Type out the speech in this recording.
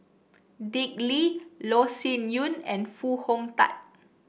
Dick Lee Loh Sin Yun and Foo Hong Tatt